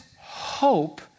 hope